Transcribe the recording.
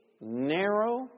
narrow